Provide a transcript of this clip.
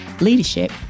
leadership